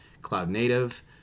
cloud-native